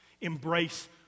Embrace